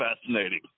fascinating